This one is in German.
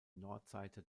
nordseite